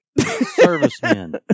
servicemen